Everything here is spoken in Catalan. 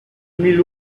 mil